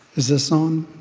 is this on?